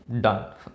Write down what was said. done